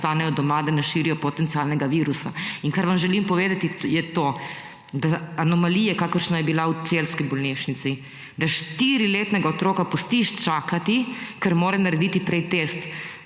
naj ostanejo doma, da ne širijo potencialnega virusa. Kar vam želim povedati, je to, da anomalije, kakršna je bila v celjski bolnišnici, da štiriletnega otroka pustiš čakati, ker mora narediti prej test